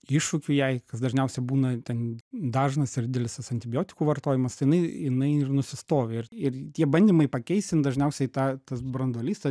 iššūkių jei kas dažniausia būna ten dažnas ir didelis tas antibiotikų vartojimas tai jinai jinai ir nusistovi ir ir tie bandymai pakeist jin dažniausiai tą tas branduolys ta